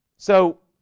so